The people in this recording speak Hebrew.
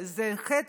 זה חטא,